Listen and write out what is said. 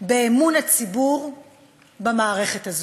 באמון הציבור במערכת הזאת.